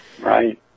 Right